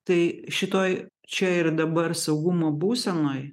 tai šitoj čia ir dabar saugumo būsenoj